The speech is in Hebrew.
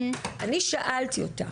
אני שאלתי אותך,